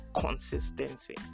consistency